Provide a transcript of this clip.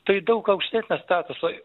tai daug aukštesnio statuso